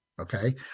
Okay